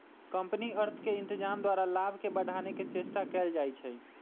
company अर्थ के इत्जाम द्वारा लाभ के बढ़ाने के चेष्टा कयल जाइ छइ